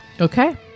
Okay